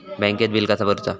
बँकेत बिल कसा भरुचा?